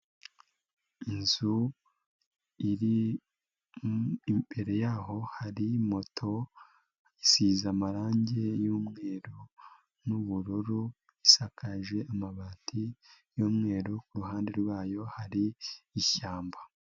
Inzu iri, imbere yaho hari moto isize amarangi y'umweru n'ubururu isakaje amabati y'umweru, ku ruhande rwayo hari ishyamba.